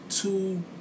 Two